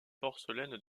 porcelaines